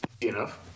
enough